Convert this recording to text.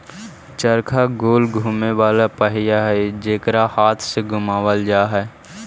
चरखा गोल घुमें वाला पहिया हई जेकरा हाथ से घुमावल जा हई